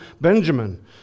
Benjamin